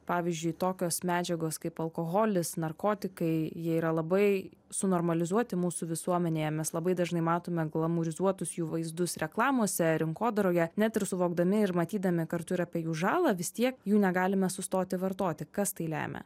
pavyzdžiui tokios medžiagos kaip alkoholis narkotikai jie yra labai sunormalizuoti mūsų visuomenėje mes labai dažnai matome glamūrizuotus jų vaizdus reklamose rinkodaroje net ir suvokdami ir matydami kartu ir apie jų žalą vis tiek jų negalime sustoti vartoti kas tai lemia